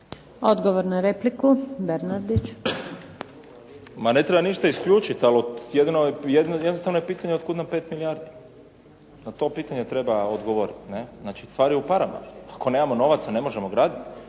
**Bernardić, Davor (SDP)** Ma ne treba ništa isključiti ali jednostavno je pitanje od kuda nam 5 milijardi. Na to pitanje treba odgovoriti. Znači stvar je u novcima. Ako nemamo novaca ne možemo graditi.